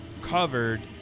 covered